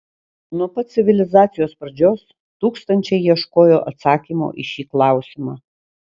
nuo pat civilizacijos pradžios tūkstančiai ieškojo atsakymo į šį klausimą